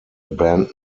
band